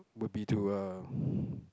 would be to uh